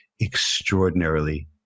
extraordinarily